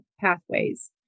pathways